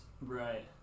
Right